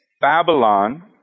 Babylon